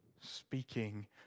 Speaking